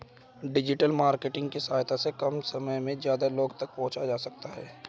digital marketing की सहायता से कम समय में ज्यादा लोगो तक पंहुचा जा सकता है